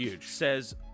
says